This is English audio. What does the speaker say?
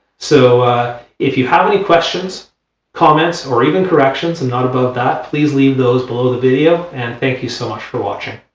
so if you have any questions comments or even corrections i'm and not above that, please leave those below the video and thank you so much for watching